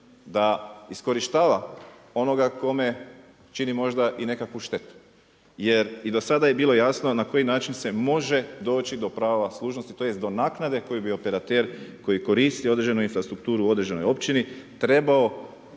da iskorištava onoga kome čini možda i nekakvu štetu jer i do sada je bilo jasno na koji način se može doći do prava služnosti tj. do naknade koju bi operater koji koristi određenu infrastrukturu u određenoj općini trebao